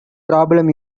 problem